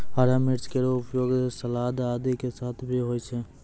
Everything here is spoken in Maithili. हरा मिर्च केरो उपयोग सलाद आदि के साथ भी होय छै